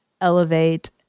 elevate